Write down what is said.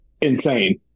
insane